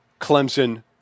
Clemson